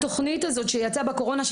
התוכנית הזאת שיצאה בקורונה,